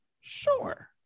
sure